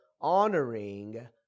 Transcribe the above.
honoring